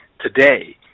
today